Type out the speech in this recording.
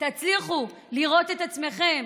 תצליחו לראות את עצמכם